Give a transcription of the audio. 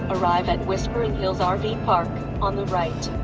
arrive at whispering hills ah rv park on the right.